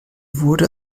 wurde